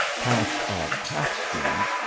passed at half speed,